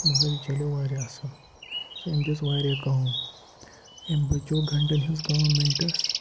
مگر یہِ چَلیو واریاہ اَصٕل تہٕ أمۍ دِژ واریاہ کٲم أمۍ بچیو گَنٹَن ہِنٛز کٲم مِنٹَس